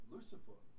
Lucifer